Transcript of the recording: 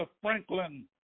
Franklin